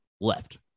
left